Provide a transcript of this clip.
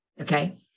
Okay